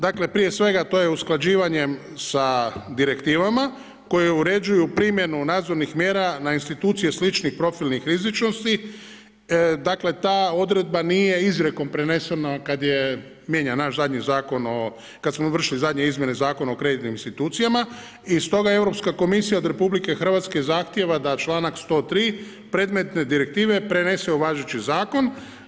Dakle prije svega to je usklađivanje sa direktivama koje uređuju primjenu nadzornih mjera na institucije sličnih profilnih rizičnosti, dakle ta odredba nije izrijekom prenesena kada je mijenjan naš zadnji kada smo vršili zadnje izmjene Zakona o kreditnim institucijama i stoga Europska komisija od RH zahtjeva da članak 103. predmetne direktive prenese u važeći zakona.